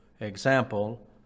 example